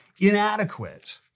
inadequate